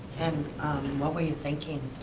and what were you thinking?